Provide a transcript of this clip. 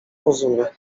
rozumie